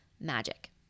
magic